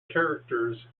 characters